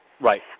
Right